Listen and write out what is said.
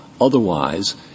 Otherwise